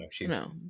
No